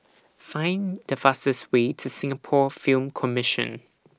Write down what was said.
Find The fastest Way to Singapore Film Commission